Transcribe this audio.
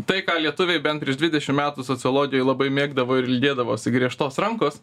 tai ką lietuviai bent prieš dvidešim metų sociologijoj labai mėgdavo ir ilgėdavosi griežtos rankos